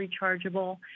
rechargeable